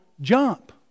Jump